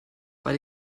weil